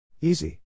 Easy